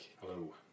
hello